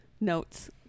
notes